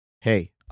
hey